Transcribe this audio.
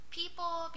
people